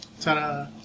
Ta-da